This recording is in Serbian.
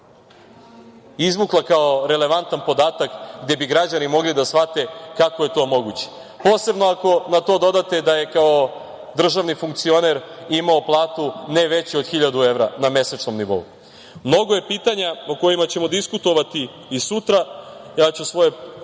izvukla kao relevantan podatak, gde bi građani mogli da shvate kako je to moguće, posebno ako na to dodate da je kao državni funkcioner imao platu ne veću od hiljadu evra na mesečnom nivou. Mnogo je pitanja o kojima ćemo diskutovati i sutra. Ja ću svoje